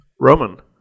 Roman